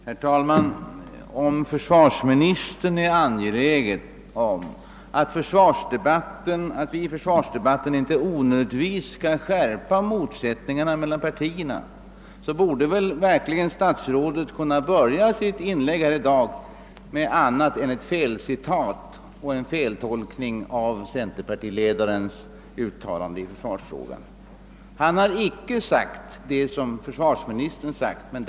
Herr talman! Om försvarsministern är angelägen om att vi i försvarsdebatten inte onödigtvis skall skärpa motsättningarna mellan partierna borde han verkligen ha kunnat börja sitt inlägg i dag med annat än ett felcitat och en feltolkning av centerpartiledarens uttalande i försvarsfrågan. Denne har icke sagt så som försvarsministern nu relaterade det.